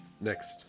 Next